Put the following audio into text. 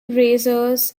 razors